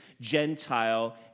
Gentile